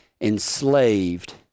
enslaved